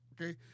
Okay